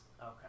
okay